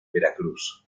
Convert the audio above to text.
veracruz